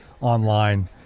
online